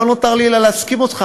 לא נותר לי אלא להסכים אתך,